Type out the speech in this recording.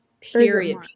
Period